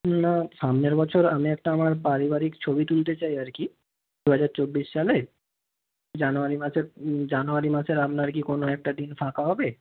না সামনের বছর আমি একটা আমার পারিবারিক ছবি তুলতে চাই আর কি দুহাজার চব্বিশ সালে জানুয়ারি মাসের জানুয়ারি মাসের আপনার কি কোনো একটা দিন ফাঁকা হবে